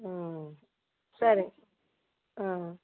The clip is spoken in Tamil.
ம் சரி ஆ